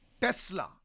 Tesla